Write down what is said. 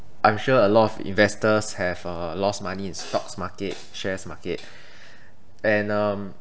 I'm sure a lot of investors have uh lost money in stocks market shares market and um